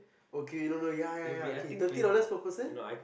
okay no no ya ya ya okay thirty dollars per person